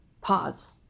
pause